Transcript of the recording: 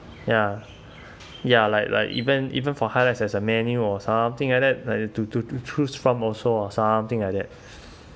ya ya like like even even for highlights as a menu or something like that like you to to to choose from also uh something like that